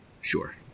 Sure